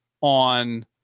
on